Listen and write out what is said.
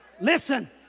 Listen